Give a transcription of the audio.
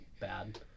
bad